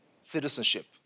citizenship